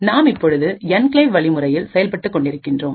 நாம் இப்பொழுது என்கிளேவ் வழிமுறையில் செயல்பட்டுக் கொண்டிருக்கிறோம்